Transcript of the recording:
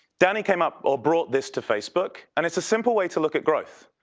danny came up or brought this to facebook, and it's a simple way to look at growth.